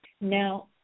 Now